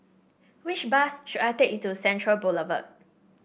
which bus should I take to Central Boulevard